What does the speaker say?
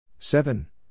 Seven